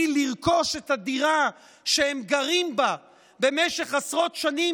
לרכוש את הדירה שהם גרים בה במשך עשרות שנים,